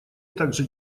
также